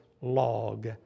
log